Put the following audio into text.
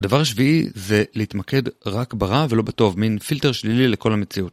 דבר שביעי זה להתמקד רק ברע, ולא בטוב, מין פילטר שלילי לכל המציאות.